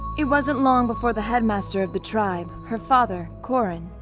it wasn't long before the headmaster of the tribe, her father, korren,